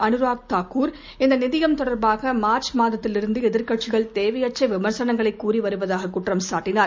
அனுராக் தாக்கூர் இந்தநிதியம் தொடர்பாகமார்ச் மாதத்திலிருந்துஎதிர்க்கட்சிகள் தேவையற்றவிமர்சனங்களைகூறிவருவதாககுற்றம் சாட்டினார்